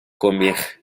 comer